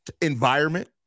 environment